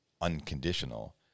unconditional